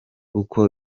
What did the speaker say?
uko